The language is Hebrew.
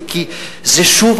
כי שוב,